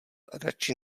radši